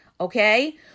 okay